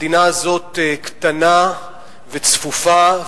המדינה הזאת קטנה וצפופה,